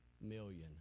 million